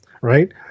Right